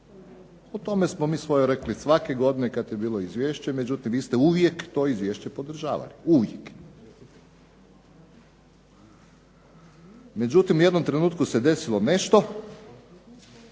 O tome smo mi svoje rekli svake godine kada je bilo izvješće međutim, vi ste uvijek to izvješće podržavali. Uvijek. Međutim, u jednom trenutku se desilo nešto